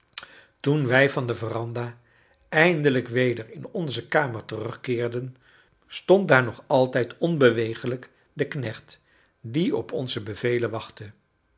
toen wij van de veranda eindelijk weder in onze kamer terugkeerden stond daar nog altijd onbeweeglijk de knecht die op onze bevelen wachtte